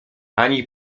ani